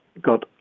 got